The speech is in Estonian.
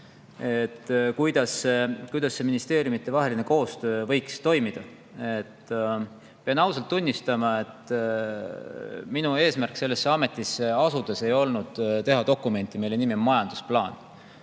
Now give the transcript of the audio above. kuidas ministeeriumidevaheline koostöö võiks toimida. Pean ausalt tunnistama, et minu eesmärk sellesse ametisse asudes ei olnud teha dokumenti, mille nimi on majandusplaan.